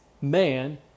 man